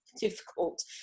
difficult